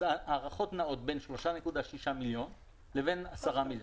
ההערכות נעות בין 3.6 מיליון לבין 10 מיליון.